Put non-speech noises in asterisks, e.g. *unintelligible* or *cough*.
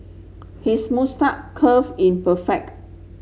his *unintelligible* curve in perfect